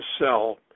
sell